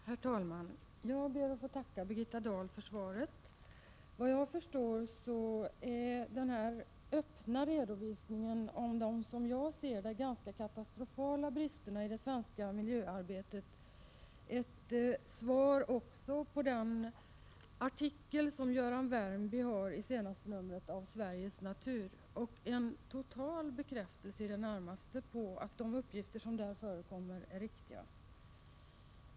Herr talman! Jag ber att få tacka Birgitta Dahl för svaret. Såvitt jag förstår är denna öppna redovisning om de, som jag ser det, ganska katastrofala bristerna i det svenska miljöarbetet ett svar också på artikeln av Göran Värmby i senaste numret av Sveriges natur och en i det närmaste total bekräftelse på att de uppgifter som förekommit är riktiga.